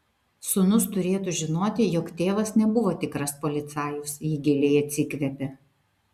sūnus turėtų žinoti jog tėvas nebuvo tikras policajus ji giliai atsikvėpė